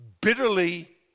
bitterly